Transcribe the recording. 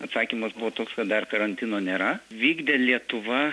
atsakymas buvo toks kad dar karantino nėra vykdė lietuva